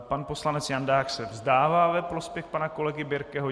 Pan poslanec Jandák se vzdává ve prospěch pana kolegy Birkeho.